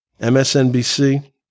MSNBC